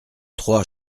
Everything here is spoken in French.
trois